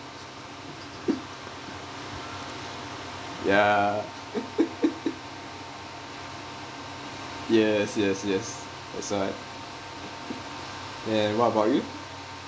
ya yes yes yes that's why and what about you